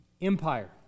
Empire